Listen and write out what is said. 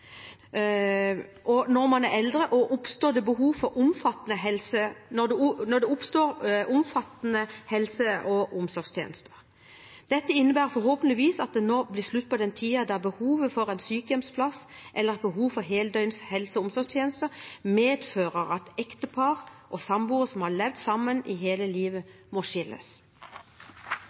når man er eldre og det oppstår behov for omfattende helse- og omsorgstjenester. Dette innebærer forhåpentligvis at det nå blir slutt på tiden da behovet for en sykehjemsplass, eller et behov for heldøgns helse- og omsorgstjenester, medfører at ektepar og samboere som har levd sammen hele livet, må skilles.